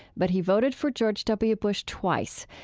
but he voted for george w. bush twice,